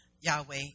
Yahweh